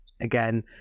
again